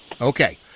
okay